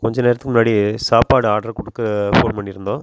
கொஞ்ச நேரத்துக்கு முன்னாடி சாப்பாடு ஆட்ரு கொடுக்க ஃபோன் பண்ணிருந்தோம்